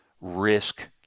risk